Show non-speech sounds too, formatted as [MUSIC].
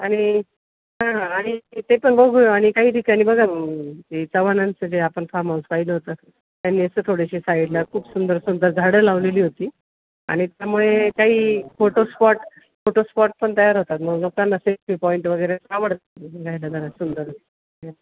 आणि हां आणि [UNINTELLIGIBLE] ते पण बघू आणि काही ठिकाणी बघा मग ते चव्हाणांचं जे आपण फार्महाऊस पाहिलं होतं त्यांनी असं थोडीशी साईडला खूप सुंदर सुंदर झाडं लावलेली होती आणि त्यामुळे काही फोटो स्पॉट फोटो स्पॉट पण तयार होतात मग लोकांना सेल्फी पॉईंट वगैरे आवडतं [UNINTELLIGIBLE] बघायला जरा सुंदर काय